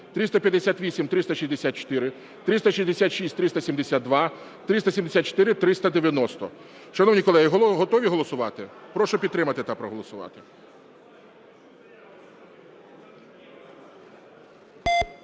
394, 397, 399-405, 407-458. Шановні колеги, готові голосувати? Прошу підтримати та проголосувати.